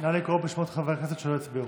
נא לקרוא בשמות חברי הכנסת שלא הצביעו.